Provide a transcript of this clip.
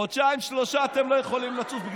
חודשיים-שלושה אתם לא יכולים לצוף,